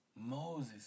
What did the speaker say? Moses